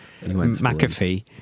McAfee